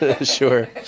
Sure